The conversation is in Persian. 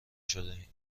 شدهایم